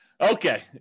Okay